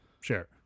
Sure